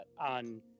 on